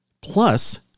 Plus